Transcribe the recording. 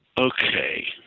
Okay